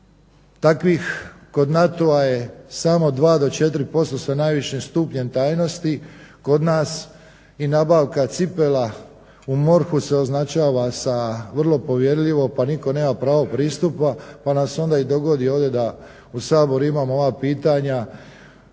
Takvih kod NATO-a je samo 2 do 4% sa najvišim stupnjem tajnosti, kod nas i nabavka cipela u MORH-u se označava sa vrlo povjerljivo pa nitko nema pravo pristupa pa nam se onda i dogodi da onda u Saboru imamo ova pitanja